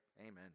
amen